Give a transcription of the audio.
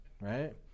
right